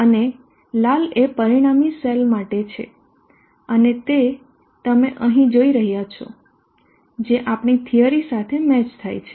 અને લાલ એ પરિણામી સેલ માટે છે અને તે તમે અહીં જોઈ રહ્યાં છો જે આપણી થીયરી સાથે મેચ થાય છે